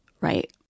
right